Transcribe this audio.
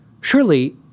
Surely